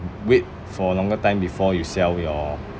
wait for a longer time before you sell your uh stocks yeah